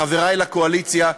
חברי לקואליציה,